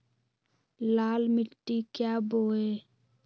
लाल मिट्टी क्या बोए?